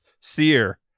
sear